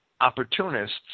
opportunists